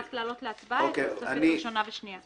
רק להעלות להצבעה את התוספות הראשונה והשנייה.